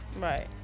right